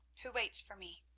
who waits for me.